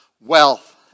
wealth